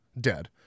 dead